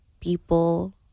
people